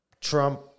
Trump